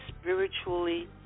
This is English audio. spiritually